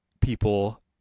people